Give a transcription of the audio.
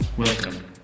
Welcome